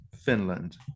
Finland